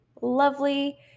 lovely